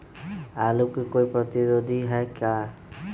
आलू के कोई प्रतिरोधी है का?